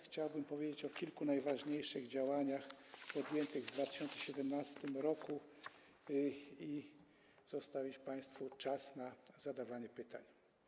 Chciałbym powiedzieć o kilku najważniejszych działaniach podjętych w 2017 r. i zostawić państwu czas na zadawanie pytań.